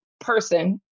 person